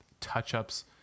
touch-ups